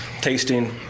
tasting